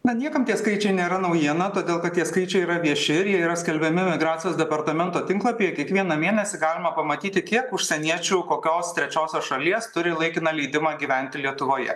na niekam tie skaičiai nėra naujiena todėl kad tie skaičiai yra vieši ir jie yra skelbiami migracijos departamento tinklapyje kiekvieną mėnesį galima pamatyti kiek užsieniečių kokios trečiosios šalies turi laikiną leidimą gyventi lietuvoje